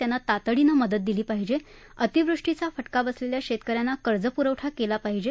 त्यांना तातडीनं मदत दिली पाहिजे अतिवृष्टीचा फटका बसलेल्या शेतक यांना कर्जपुरवठा केला पाहिजे